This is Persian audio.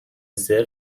صفر